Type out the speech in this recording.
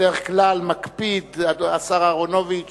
בדרך כלל מקפיד השר אהרונוביץ